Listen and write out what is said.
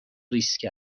ریسک